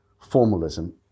formalism